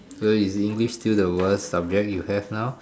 so is English still the worse subject you have now